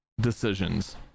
decisions